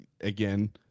again